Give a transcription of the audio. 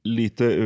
lite